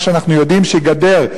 כשאנחנו יודעים שגדר,